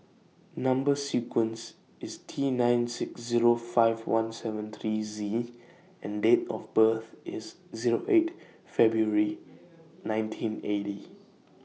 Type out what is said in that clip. Number sequence IS T nine six Zero five one seven three Z and Date of birth IS Zero eight February nineteen eighty